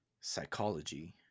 Psychology